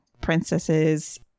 princesses